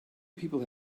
people